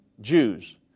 Jews